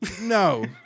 no